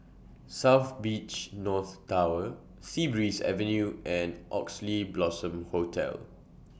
South Beach North Tower Sea Breeze Avenue and Oxley Blossom Hotel